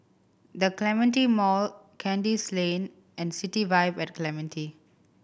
The Clementi Mall Kandis Lane and City Vibe at Clementi